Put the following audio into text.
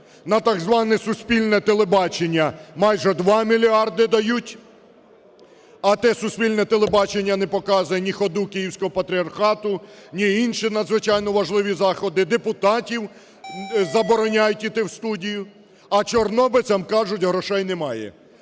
на так зване суспільне телебачення майже 2 мільярди дають, а те суспільне телебачення не показує ні ходу Київського патріархату, ні інші надзвичайно важливі заходи, депутатів забороняють іти в студію. А чорнобильцям кажуть, грошей немає.